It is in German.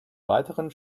weiteren